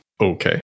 Okay